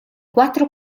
quattro